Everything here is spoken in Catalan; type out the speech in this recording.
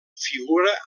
figura